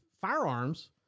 firearms